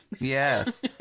Yes